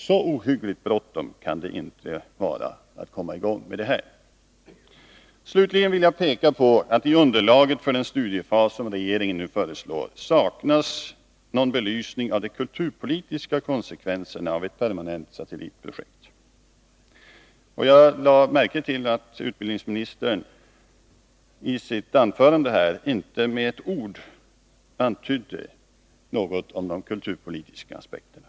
Så ohyggligt bråttom kan det inte vara att komma i gång med det här. Slutligen vill jag peka på att i underlaget för den studiefas som regeringen föreslår saknas belysning av de kulturpolitiska konsekvenserna av ett permanent satellitprojekt. Jag lade märke till att utbildningsministern i sitt anförande inte med ett ord berörde de kulturpolitiska aspekterna.